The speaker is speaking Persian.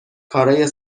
کارای